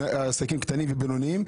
בעד עסקים קטנים ובינוניים.